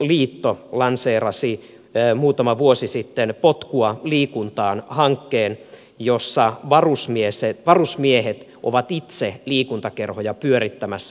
sotilasurheiluliitto lanseerasi muutama vuosi sitten potkua liikuntaan hankkeen jossa varusmiehet ovat itse liikuntakerhoja pyörittämässä